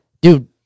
Dude